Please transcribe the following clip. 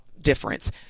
difference